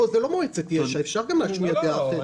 כאן זאת לא מועצת יש"ע, אפשר גם להשמיע דעה אחרת.